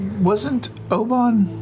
wasn't obann